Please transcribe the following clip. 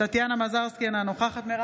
טטיאנה מזרסקי, אינה נוכחת מרב